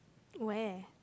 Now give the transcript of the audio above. where